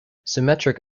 symmetric